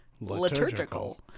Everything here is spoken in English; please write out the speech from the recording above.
Liturgical